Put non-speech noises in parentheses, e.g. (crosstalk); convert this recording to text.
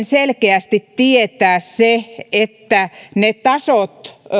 (unintelligible) selkeästi tietää se että ne tasot